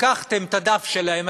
לקחתם את הדף שלהם,